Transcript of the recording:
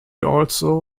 also